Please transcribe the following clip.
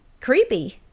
Creepy